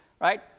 right